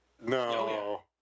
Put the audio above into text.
No